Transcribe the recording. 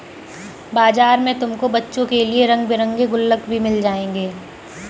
बाजार में तुमको बच्चों के लिए रंग बिरंगे गुल्लक भी मिल जाएंगे